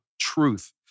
truth